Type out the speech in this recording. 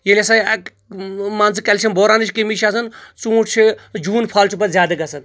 ییٚلہِ ہسا ایٚک مان ژٕ کیٚلشم بورانٕچ کٔمی چھِ آسان ژونٛٹھۍ چھِ جون فال چھُ پتہٕ زیادٕ گژھان